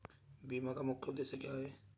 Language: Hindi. बीमा का मुख्य उद्देश्य क्या है?